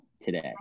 today